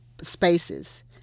spaces